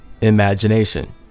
imagination